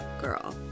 Girl